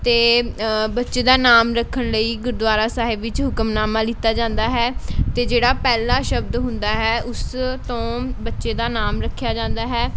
ਅਤੇ ਬੱਚੇ ਦਾ ਨਾਮ ਰੱਖਣ ਲਈ ਗੁਰਦੁਆਰਾ ਸਾਹਿਬ ਵਿੱਚ ਹੁਕਮਨਾਮਾ ਲਿੱਤਾ ਜਾਂਦਾ ਹੈ ਅਤੇ ਜਿਹੜਾ ਪਹਿਲਾ ਸ਼ਬਦ ਹੁੰਦਾ ਹੈ ਉਸ ਤੋਂ ਬੱਚੇ ਦਾ ਨਾਮ ਰੱਖਿਆ ਜਾਂਦਾ ਹੈ